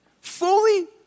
fully